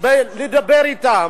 לדבר אתם,